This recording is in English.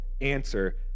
answer